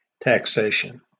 taxation